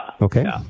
okay